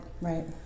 Right